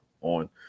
on